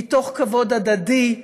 מתוך כבוד הדדי,